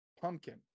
pumpkin